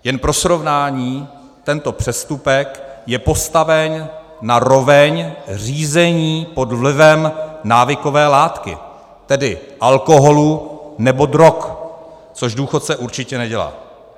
Jen pro srovnání, tento přestupek je postaven na roveň řízení pod vlivem návykové látky, tedy alkoholu nebo drog, což důchodce určitě nedělá.